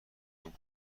مردم